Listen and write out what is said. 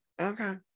Okay